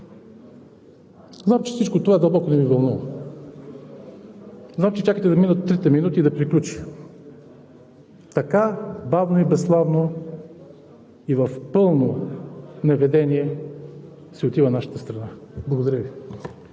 знам, че всичко това дълбоко не Ви вълнува. Знам, че чакате да минат трите минути и да приключи. Така бавно и безславно и в пълно неведение си отива нашата страна. Благодаря Ви.